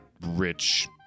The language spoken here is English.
rich